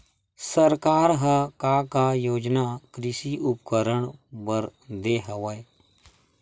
सरकार ह का का योजना कृषि उपकरण बर दे हवय?